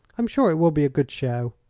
i'm sure it will be a good show,